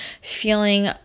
feeling